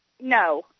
No